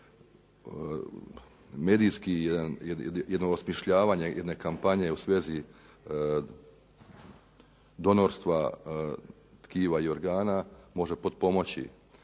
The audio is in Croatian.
medijski jedno osmišljavanje jedne kampanje u svezi donorstva tkiva i organa može potpomoći